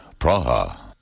Praha